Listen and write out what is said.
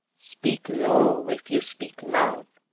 speak low, if you speak love.